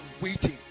waiting